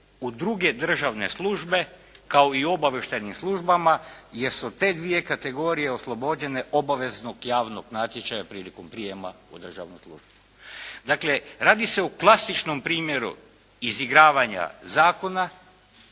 u druge državne službe kao i u obavještajnim službama, jer su te dvije kategorije oslobođene obaveznog javnog natječaja prilikom prijema u državnu službu. Dakle, radi se o klasičnom primjeru izigravanja zakona